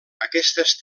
aquestes